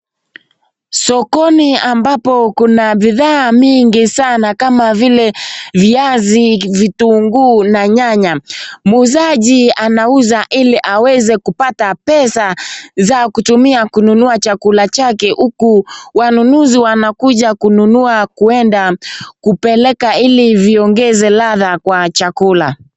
Sokoni ambapo kuna bidhaa mingi sana kama vile viazi, vitunguu na nyanya. Muuzaji anauza aweze kupata pesa za kutumia kununua chakula chake ,huku wanunuzi wanakuja kununua kuenda kuweka ili ziongeze ladha kwa chakula.